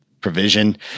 provision